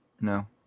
No